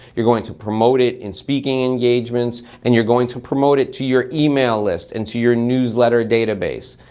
you're going to promote it in speaking engagements and you're going to promote it to your email list and to your newsletter database.